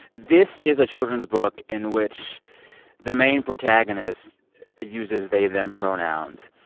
this is a children's book in which the main protagonist uses they them pronouns,